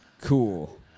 cool